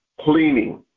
Cleaning